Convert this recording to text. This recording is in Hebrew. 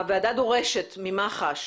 הוועדה דורשת ממח"ש,